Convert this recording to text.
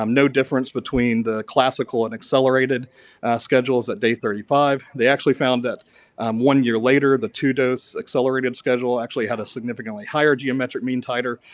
um no difference between the classical and accelerated schedules at day thirty five. they actually found that one year later the two-dose accelerated schedule actually had a significantly higher geometric mean titer.